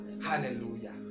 Hallelujah